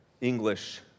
English